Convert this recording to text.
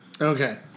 Okay